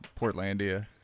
Portlandia